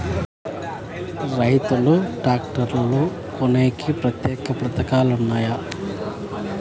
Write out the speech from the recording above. రైతులు ట్రాక్టర్లు కొనేకి ప్రత్యేక పథకాలు ఉన్నాయా?